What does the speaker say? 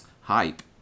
hype